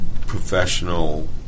professional